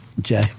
jay